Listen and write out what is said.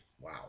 Wow